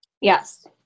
Yes